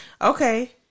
Okay